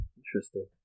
interesting